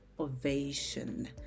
Ovation